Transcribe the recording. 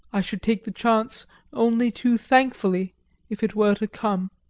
i should take the chance only too thankfully if it were to come.